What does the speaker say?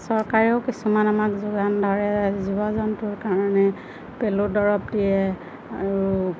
চৰকাৰেও কিছুমান আমাক যোগান ধৰে জীৱ জন্তুৰ কাৰণে পেলুৰ দৰৱ দিয়ে আৰু